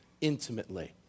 intimately